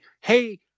hey